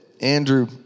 Andrew